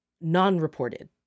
non-reported